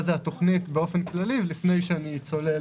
מה זה התוכנית באופן כללי לפני שאני צולל